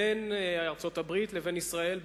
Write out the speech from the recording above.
בין ארצות-הברית לבין ישראל,